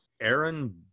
Aaron